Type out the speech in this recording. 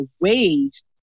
ways